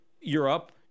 Europe—